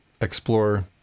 explore